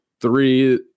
three